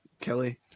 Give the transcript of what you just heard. Kelly